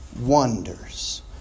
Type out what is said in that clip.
wonders